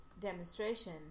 demonstration